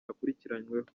akurikiranweho